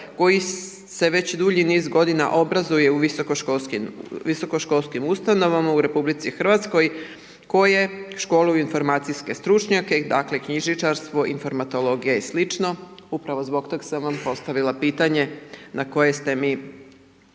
koji se već dulji niz godina obrazuje u visokoškolskim ustanovama u RH koje školuju informacijske stručnjake, dakle knjižničarstvo, informatologija i slično, upravo zbog toga sam vam postavila pitanje na koje ste mi